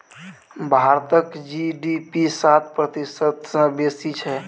भारतक जी.डी.पी सात प्रतिशत सँ बेसी छै